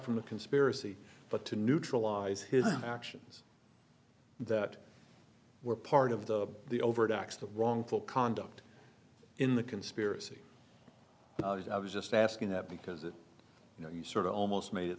from the conspiracy but to neutralize his actions that were part of the the overt acts the wrongful conduct in the conspiracy i was just asking that because it you know you sort of almost made it